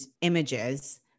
images